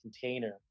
container